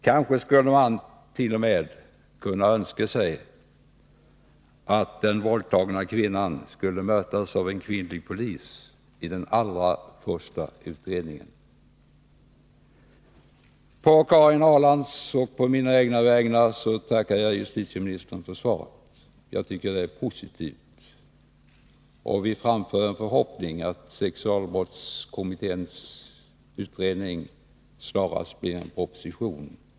Kanske kunde man t.o.m. önska att den våldtagna kvinnan skulle mötas av en kvinnlig polis i den allra första utredningen. På Karin Ahrlands och mina vägnar tackar jag justitieministern för svaret. Jag tycker att det är positivt. Vi framför en förhoppning om att sexualbrottskommitténs utredning snarast resulterar i en proposition.